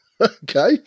Okay